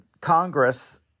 Congress